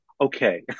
okay